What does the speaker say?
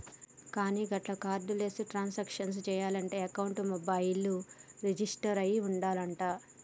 కానీ గట్ల cardless transaction చేయాలంటే అకౌంట్ మొబైల్ రిజిస్టర్ అయి ఉండాలంట